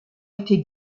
été